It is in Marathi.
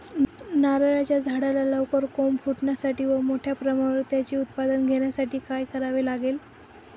नारळाच्या झाडाला लवकर कोंब फुटण्यासाठी व मोठ्या प्रमाणावर त्याचे उत्पादन घेण्यासाठी काय करावे लागेल?